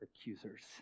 accusers